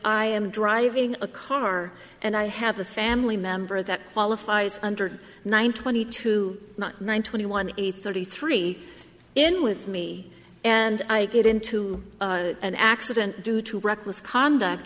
i am driving a car and i have a family member that qualifies under nine twenty to one twenty one a thirty three in with me and i get into an accident due to reckless conduct